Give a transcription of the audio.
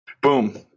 Boom